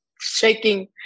shaking